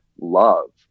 love